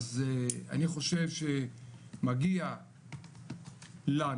אז אני חושב שמגיע לנו,